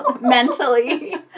mentally